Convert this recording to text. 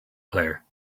player